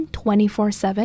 24-7